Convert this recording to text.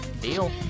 deal